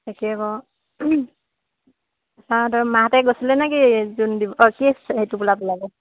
একে কৰ মাহঁতে গৈছিলে নেকি জোৰন দিব অ' কি সেইটো বোলা ওলাব